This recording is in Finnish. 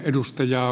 edustaja